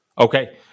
Okay